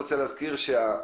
להזכיר